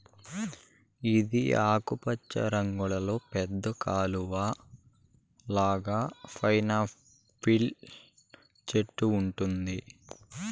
ఇది ఆకుపచ్చ రంగులో పెద్ద కలువ లాగా పైనాపిల్ చెట్టు ఉంటుంది